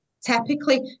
typically